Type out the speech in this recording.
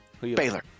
Baylor